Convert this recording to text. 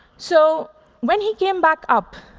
so when he came back up,